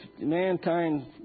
mankind